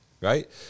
right